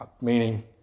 meaning